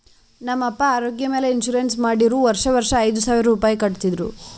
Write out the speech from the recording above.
ನಮ್ ಪಪ್ಪಾ ಆರೋಗ್ಯ ಮ್ಯಾಲ ಇನ್ಸೂರೆನ್ಸ್ ಮಾಡಿರು ವರ್ಷಾ ವರ್ಷಾ ಐಯ್ದ ಸಾವಿರ್ ರುಪಾಯಿ ಕಟ್ಟತಿದ್ರು